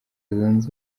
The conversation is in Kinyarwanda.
zunze